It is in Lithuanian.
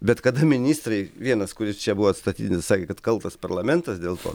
bet kada ministrai vienas kuris čia buvo atstatydintas sakė kad kaltas parlamentas dėl to